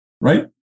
right